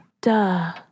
duh